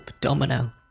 Domino